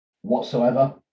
whatsoever